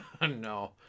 no